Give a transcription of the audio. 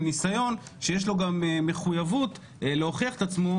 ניסיון שיש לו גם מחויבות להוכיח את עצמו,